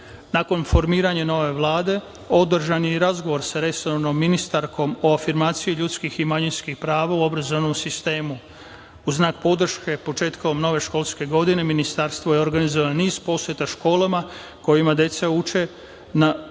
formiranja nove Vlade održan je i razgovor sa resornom ministarkom o afirmaciji ljudskih i manjinskih prava u obrazovnom sistemu. U znak podrške početkom nove školske godine Ministarstvo je organizovalo niz poseta školama u kojima deca uče na jezicima